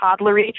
toddlery